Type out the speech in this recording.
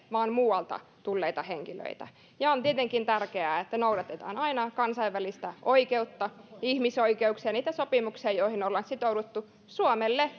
vaan muualta tulleita henkilöitä on tietenkin tärkeää että noudatetaan aina kansainvälistä oikeutta ihmisoikeuksia niitä sopimuksia joihin ollaan sitouduttu suomelle